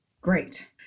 Great